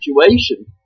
situation